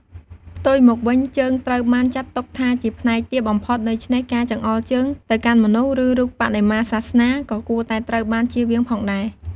ផ្ទុយមកវិញ ជើងត្រូវបានចាត់ទុកថាជាផ្នែកទាបបំផុត ដូច្នេះការចង្អុលជើងទៅកាន់មនុស្ស ឬរូបបដិមាសាសនា ក៏គួរតែត្រូវបានជៀសវាងផងដែរ។